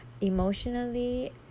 emotionally